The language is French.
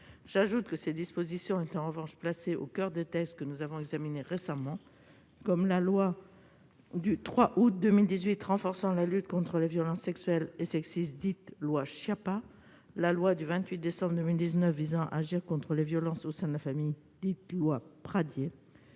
projet de loi. Celles-ci figuraient en revanche au coeur des textes que nous avons examinés récemment, comme la loi du 3 août 2018 renforçant la lutte contre les violences sexuelles et sexistes, dite loi Schiappa, la loi du 28 décembre 2019 visant à agir contre les violences au sein de la famille, dite loi Pradié,